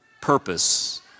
purpose